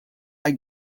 are